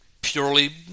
purely